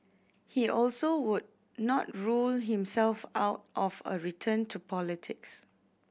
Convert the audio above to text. he also would not rule himself out of a return to politics